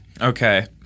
Okay